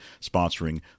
sponsoring